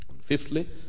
Fifthly